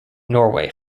norway